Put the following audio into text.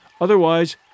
otherwise